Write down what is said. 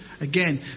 Again